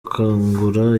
kangura